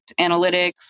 analytics